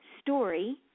story